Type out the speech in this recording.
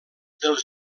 dels